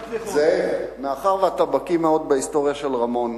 זאב, מאחר שאתה בקי מאוד בהיסטוריה של רמון,